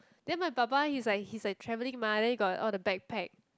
then my 爸爸:baba he's like he's like travelling mah then he got all the backpack